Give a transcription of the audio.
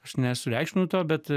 aš nesureikšminu to bet